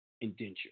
indenture